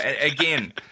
again